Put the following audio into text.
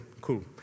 cool